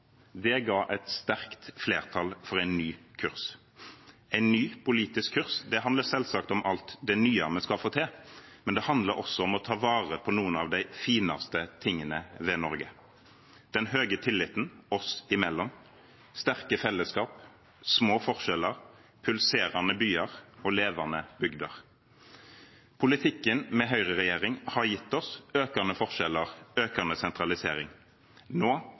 Det ga et sterkt flertall for en ny kurs. En ny politisk kurs handler selvsagt om alt det nye vi skal få til, men det handler også om å ta vare på noen av de fineste tingene ved Norge – den høye tilliten oss imellom, sterke fellesskap, små forskjeller, pulserende byer og levende bygder. Politikken med Høyre-regjering har gitt oss økte forskjeller og økt sentralisering. Nå